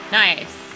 nice